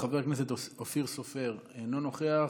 חבר הכנסת אופיר סופר, אינו נוכח.